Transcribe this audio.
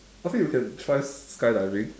I think you can try skydiving